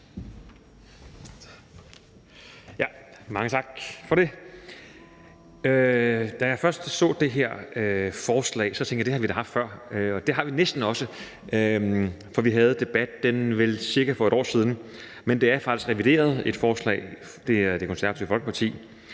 Mange tak for det. Da jeg først så det her forslag, tænkte jeg: Det har vi da haft før. Det har vi næsten også, for vi havde debatten vel for cirka et år siden, men forslaget fra Det Konservative Folkeparti